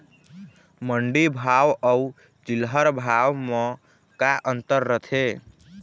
मंडी भाव अउ चिल्हर भाव म का अंतर रथे?